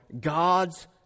God's